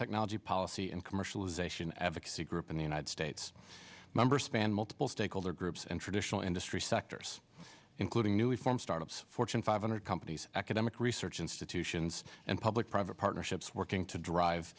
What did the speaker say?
nanotechnology policy and commercialization advocacy group in the united states member span multiple stakeholder groups and traditional industry sectors including newly formed startups fortune five hundred companies academic research institutions and public private partnerships working to drive